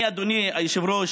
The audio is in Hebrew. אני, אדוני היושב-ראש,